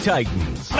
Titans